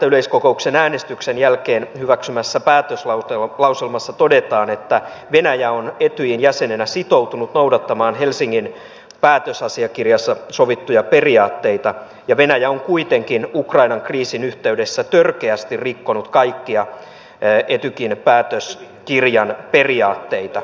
yleiskokouksen äänestyksen jälkeen hyväksymässä päätöslauselmassa todetaan että venäjä on etyjin jäsenenä sitoutunut noudattamaan helsingin päätösasiakirjassa sovittuja periaatteita ja venäjä on kuitenkin ukrainan kriisin yhteydessä törkeästi rikkonut kaikkia etykin päätöskirjan periaatteita